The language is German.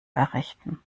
errichten